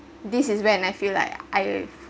this is when I feel like I